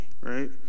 right